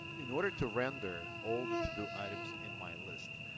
in order to render all the to-do items in my list,